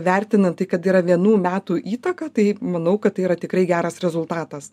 vertinan tai kad yra vienų metų įtaką tai manau kad tai yra tikrai geras rezultatas